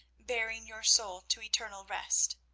bearing your soul to eternal rest.